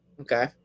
Okay